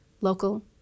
local